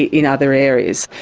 in other areas.